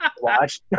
watch